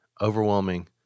overwhelming